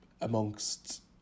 amongst